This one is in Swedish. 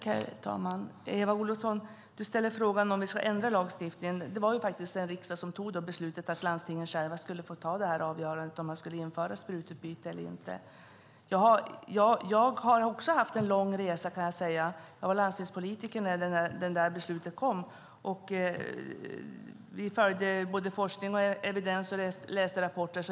Herr talman! Eva Olofsson frågar om vi ska ändra lagstiftningen. Det var riksdagen som fattade beslutet att landstingen själva ska få avgöra om de ska införa sprututbytesprogram eller inte. Jag har också haft en lång resa. Jag var landstingspolitiker när beslutet kom. Vi följde både forskning och evidens, och vi läste rapporter.